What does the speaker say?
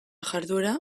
jarduera